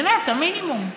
באמת, המינימום.